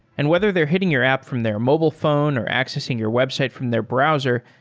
and whether they're hitting your app from their mobile phone or accessing your website from their browser,